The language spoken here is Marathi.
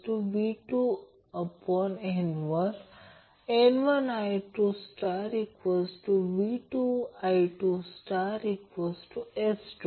तर हा L 25 मिली हेन्री आणि हा 15 मिली हेन्री आहे यांचे हे एकूण समतुल्य आहे ज्याला L म्हणतात